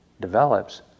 develops